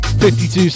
52